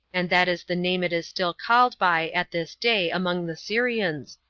and that is the name it is still called by at this day among the syrians,